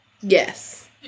Yes